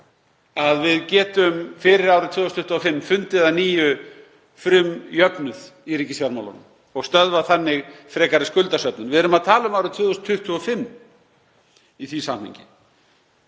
að við getum fyrir árið 2025 fundið að nýju frumjöfnuð í ríkisfjármálunum og stöðvað þannig frekari skuldasöfnun. Við erum að tala um árið 2025 í því samhengi.